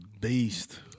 beast